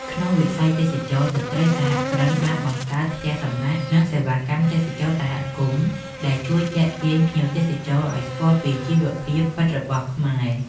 ក្នុងវិស័យទេសចរណ៍ ស្ត្រីសហគ្រិនបានបង្កើតផ្ទះសំណាក់ និងសេវាកម្មទេសចរណ៍សហគមន៍ ដែលជួយទាក់ទាញភ្ញៀវទេសចរឱ្យស្គាល់ពីជីវភាពពិតរបស់ខ្មែរ។